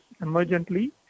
emergently